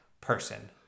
person